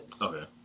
okay